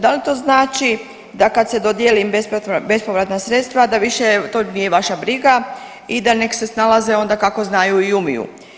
Da li to znači da kad se dodijeli im bespovratna sredstva da više to nije vaša briga i da nek se snalaze onda kako znaju i umiju?